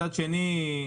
מצד שני,